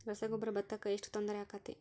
ರಸಗೊಬ್ಬರ, ಭತ್ತಕ್ಕ ಎಷ್ಟ ತೊಂದರೆ ಆಕ್ಕೆತಿ?